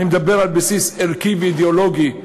אני מדבר על בסיס ערכי ואידיאולוגי,